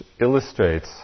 illustrates